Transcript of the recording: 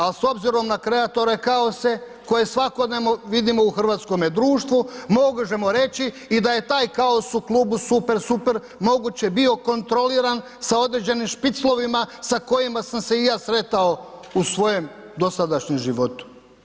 Ali s obzirom na kreatore, kaose, koje svakodnevno vidimo u hrvatskome društvu, možemo reći, da je i taj kaos u klubu super, super, moguće bio kontroliran, sa određenim špiclovima, sa kojima sam se i ja sretao u svojem dosadašnjem životu.